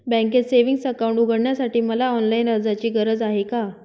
बँकेत savings account उघडण्यासाठी मला ऑनलाईन अर्जाची गरज आहे का?